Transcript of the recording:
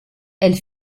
elle